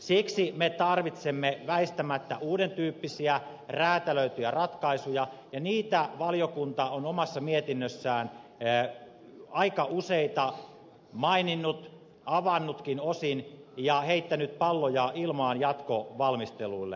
siksi me tarvitsemme väistämättä uuden tyyppisiä räätälöityjä ratkaisuja ja niitä valiokunta on omassa mietinnössään aika useita maininnut avannutkin osin ja heittänyt palloja ilmaan jatkovalmistelulle